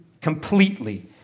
Completely